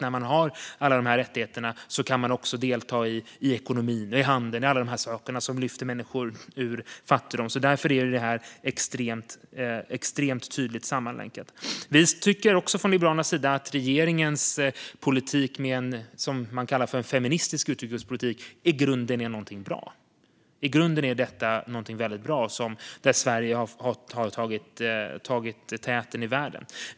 När man har alla dessa rättigheter kan man också delta i ekonomi och handel, vilket lyfter människor ur fattigdom. Därför är detta extremt tydligt sammanlänkat. Liberalerna tycker också att en feministisk utrikespolitik i grunden är något mycket bra, och här har regeringen tagit täten i världen.